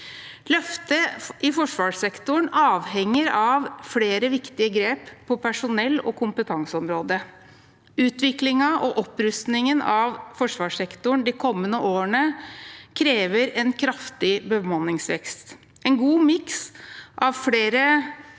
Løftet i forsvarssektoren avhenger av flere viktige grep på personell- og kompetanseområdet. Utviklingen og opprustningen av forsvarssektoren de kommende årene krever en kraftig bemanningsvekst, en god miks av flere